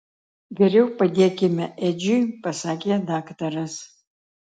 geriau padėkime edžiui pasakė daktaras